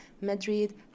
Madrid